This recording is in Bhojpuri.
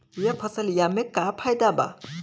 यह फसलिया में का फायदा बा?